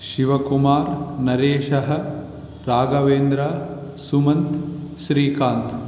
शिवकुमारः नरेशः राघवेन्द्रः सुमन्तः स्रीकान्तः